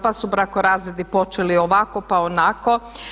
Pa su brakorazvodi počeli ovako, pa onako.